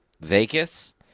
Vegas